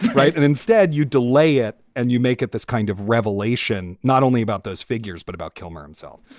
right. and instead, you delay it and you make it this kind of revelation not only about those figures, but about kilmer himself